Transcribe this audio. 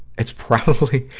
it's probably,